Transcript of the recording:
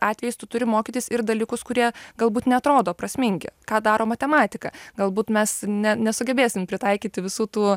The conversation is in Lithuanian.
atvejais tu turi mokytis ir dalykus kurie galbūt neatrodo prasmingi ką daro matematika galbūt mes ne nesugebėsim pritaikyti visų tų